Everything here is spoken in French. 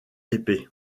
épée